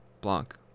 Blanc